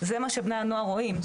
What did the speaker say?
זה מה שבני הנוער רואים,